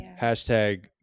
hashtag